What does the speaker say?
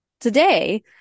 today